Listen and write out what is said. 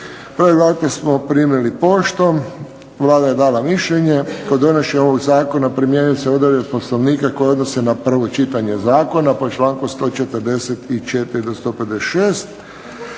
razumije se./… smo primili poštom. Vlada je dala mišljenje. Kod donošenja ovog zakona primjenjuju se odredbe Poslovnika koje se odnose na prvo čitanje zakona, po članku 144. do 156.